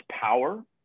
power